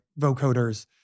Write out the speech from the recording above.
vocoders